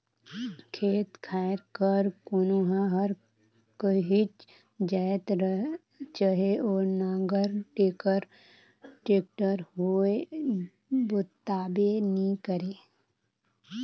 खेत खाएर कर कोनहा हर काहीच जाएत चहे ओ नांगर, टेक्टर होए जोताबे नी करे